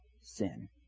sin